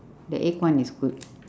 the egg one is good